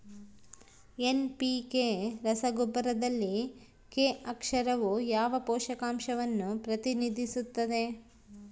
NPK ರಸಗೊಬ್ಬರದಲ್ಲಿ K ಅಕ್ಷರವು ಯಾವ ಪೋಷಕಾಂಶವನ್ನು ಪ್ರತಿನಿಧಿಸುತ್ತದೆ?